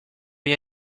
gli